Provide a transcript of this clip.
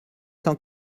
cent